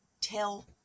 tell